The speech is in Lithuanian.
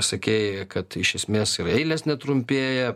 sakei kad iš esmės ir eilės netrumpėja